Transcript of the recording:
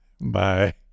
Bye